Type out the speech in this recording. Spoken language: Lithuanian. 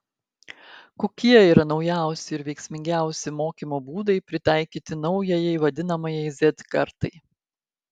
kokie yra naujausi ir veiksmingiausi mokymo būdai pritaikyti naujajai vadinamajai z kartai